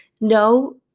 no